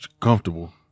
comfortable